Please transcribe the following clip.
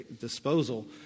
disposal